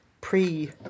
pre